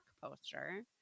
poster